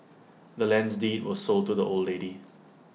the land's deed was sold to the old lady